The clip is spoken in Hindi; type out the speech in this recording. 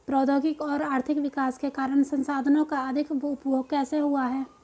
प्रौद्योगिक और आर्थिक विकास के कारण संसाधानों का अधिक उपभोग कैसे हुआ है?